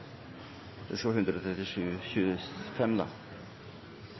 det. Så